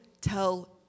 tell